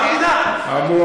דב,